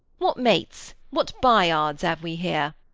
what mates, what baiards have we here?